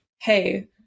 hey